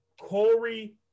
Corey